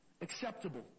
acceptable